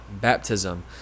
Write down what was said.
baptism